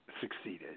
succeeded